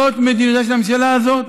זאת מדיניותה של הממשלה הזאת.